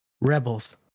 Rebels